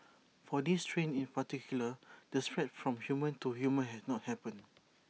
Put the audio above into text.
for this strain in particular the spread from human to human has not happened